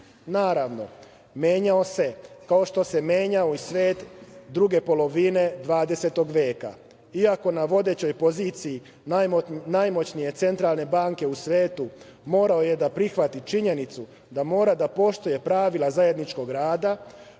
Naravno, menjao se, kao što se menjao i svet druge polovine 20. veka. Iako na vodećoj poziciji najmoćnije centralne banke u svetu, morao je da prihvati činjenicu da mora da poštuje pravila zajedničkog rada,